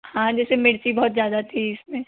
हाँ जैसे मिर्ची बहुत ज़्यादा थी इसमें